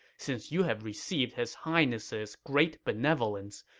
since you have received his highness's great benevolence,